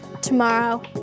tomorrow